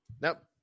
Nope